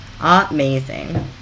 Amazing